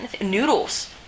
noodles